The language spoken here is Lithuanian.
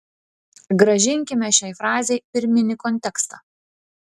grąžinkime šiai frazei pirminį kontekstą